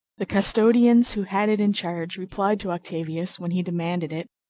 the custodians who had it in charge replied to octavius, when he demanded it,